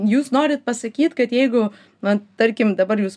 jūs norit pasakyt kad jeigu na tarkim dabar jūs